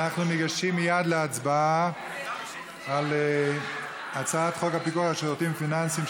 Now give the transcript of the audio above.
אנחנו ניגשים מייד להצבעה על הצעת חוק הפיקוח על שירותים פיננסיים,